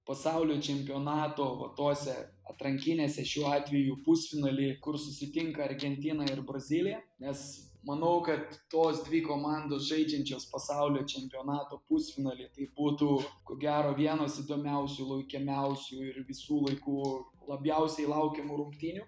pasaulio čempionato va tose atrankinėse šiuo atveju pusfinaly kur susitinka argentina ir brazilija nes manau kad tos dvi komandos žaidžiančios pasaulio čempionato pusfinaly tai būtų ko gero vienos įdomiausių loikiamiausių ir visų laikų labiausiai laukiamų rungtynių